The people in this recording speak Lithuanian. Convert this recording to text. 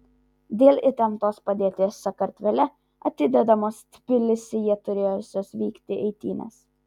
dėl įtemptos padėties sakartvele atidedamos tbilisyje turėjusios vykti eitynės